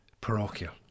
parochial